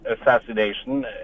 assassination